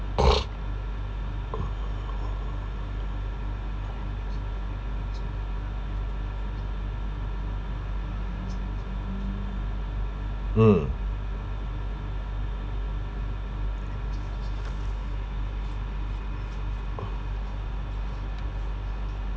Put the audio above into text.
mm